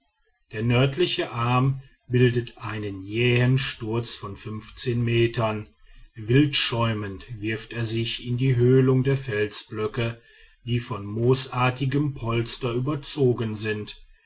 der nördliche arm bildet einen jähen sturz von metern wildschäumend wirft er sich in die höhlung der felsblöcke die von moosartigem polster überzogen sind